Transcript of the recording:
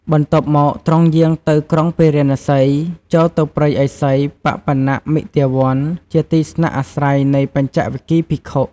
បន្ទាប់មកទ្រង់យាងទៅក្រុងពារាណសី ចូលទៅព្រៃឥសីបបនមិគទាវន្ត ជាទីស្នាក់អាស្រ័យនៃបញ្ចវគិ្គយ៍ភិក្ខុ។